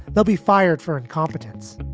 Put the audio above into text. they'll be fired for incompetence.